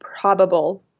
probable